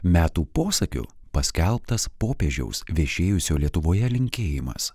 metų posakiu paskelbtas popiežiaus viešėjusio lietuvoje linkėjimas